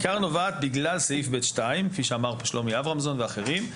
נובעת בגלל סעיף ב(2) כפי שאמר פה שלומי אברמזון ואחרים,